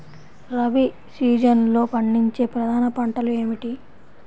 రబీ సీజన్లో పండించే ప్రధాన పంటలు ఏమిటీ?